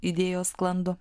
idėjos sklando